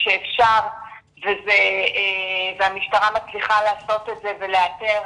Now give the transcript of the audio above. כשאפשר והמשטרה מצליחה לעשות את זה ולאתר,